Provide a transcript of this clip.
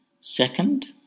Second